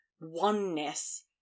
oneness